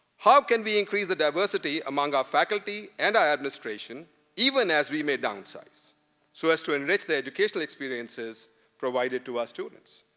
how can we increase the diversity among our faculty and our administration even as we may downsize so as to enlist their educational educational experiences provided to our students?